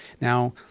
Now